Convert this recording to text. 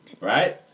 right